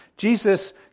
Jesus